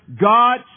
God